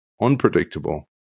unpredictable